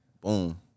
boom